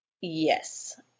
Yes